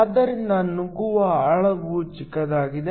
ಆದ್ದರಿಂದ ನುಗ್ಗುವ ಆಳವು ಚಿಕ್ಕದಾಗಿದೆ